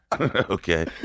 Okay